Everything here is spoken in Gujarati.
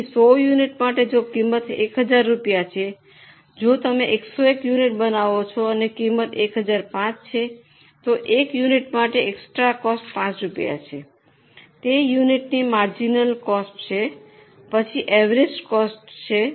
તેથી 100 યુનિટ માટે જો કિંમત 1000 રૂપિયા છે જો તમે 101 યુનિટ બનાવો છો અને કિંમત 1005 છે તો 1 યુનિટ માટે એક્સટ્રા કોસ્ટ 5 રૂપિયા છે તે 1 યુનિટની માર્જિનલ કોસ્ટ છે પછી અવેરેંજ કોસ્ટ છે